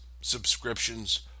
subscriptions